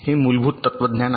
हे मूलभूत तत्वज्ञान आहे